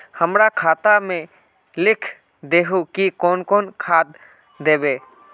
हमरा खाता में लिख दहु की कौन कौन खाद दबे?